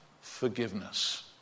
forgiveness